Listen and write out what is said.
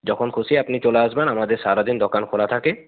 যখন খুশি আপনি চলে আসবেন আমাদের সারাদিন দোকান খোলা থাকে